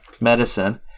medicine